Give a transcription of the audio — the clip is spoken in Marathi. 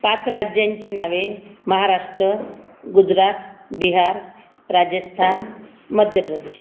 पाच राज्यांची नावे महाराष्ट्र गुजरात बिहार राजस्थान मध्य प्रदेश